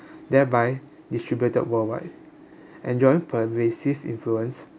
thereby distributed worldwide enjoying pervasive influence